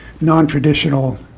non-traditional